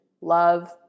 love